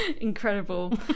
incredible